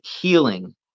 healing